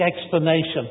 explanation